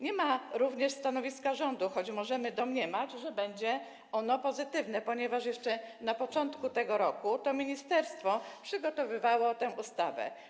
Nie ma również stanowiska rządu, choć możemy domniemywać, że będzie ono pozytywne, ponieważ jeszcze na początku tego roku to ministerstwo przygotowywało tę ustawę.